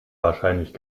wahrscheinlich